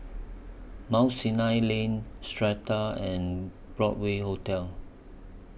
Mount Sinai Lane Strata and Broadway Hotel